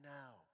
now